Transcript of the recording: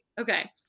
Okay